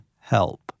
help